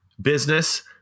business